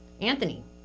Anthony